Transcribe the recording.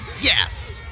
Yes